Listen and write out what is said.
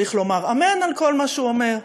צריך לומר אמן על כל מה שהוא אומר,